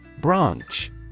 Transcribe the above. Branch